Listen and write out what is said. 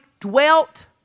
dwelt